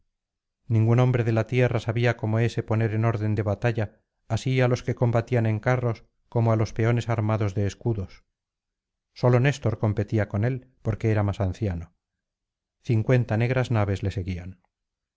ningún hombre de la tierra sabía como ése poner en orden de batalla así á los que combatían en carros como á los peones armados de escudos sólo néstor competía con él porque era más anciano cincuenta negras naves le seguían